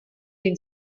been